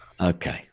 Okay